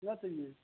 क्या चाहिये